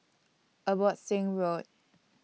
Abbotsingh Road